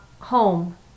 home